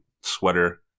sweater